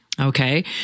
Okay